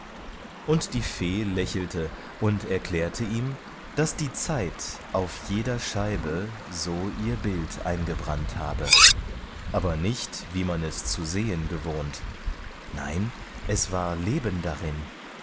und die fee lächelte und erklärte ihm daß die zeit auf jeder scheibe so ihr bild eingebrannt habe aber nicht wie man es zu sehen gewohnt nein es war leben darin